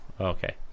Okay